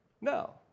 No